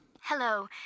Hello